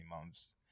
months